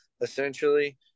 essentially